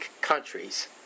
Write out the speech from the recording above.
countries